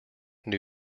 new